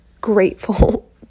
grateful